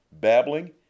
babbling